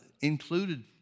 included